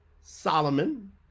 Solomon